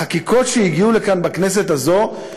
החקיקות שהגיעו לכאן בכנסת הזאת,